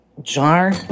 Jar